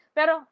Pero